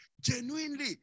genuinely